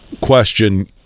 question